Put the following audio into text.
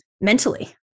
mentally